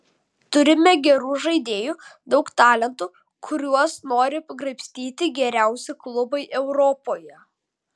turime gerų žaidėjų daug talentų kuriuos nori graibstyti geriausi klubai europoje